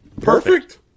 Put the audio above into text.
Perfect